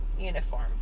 uniform